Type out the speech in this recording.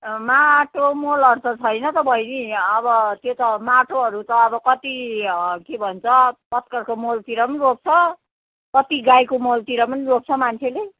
माटो मलहरू त छैन त बहिनी यहाँ अब त्यो त माटोहरू त अब कति के भन्छ पत्करको मलतिर पनि रोप्छ कत्ति गाईको मलतिर पनि रोप्छ मान्छेले